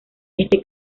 este